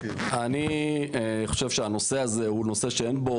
אני חושב שהנושא הזה הוא נושא שאין בו